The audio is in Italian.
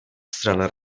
strana